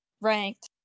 ranked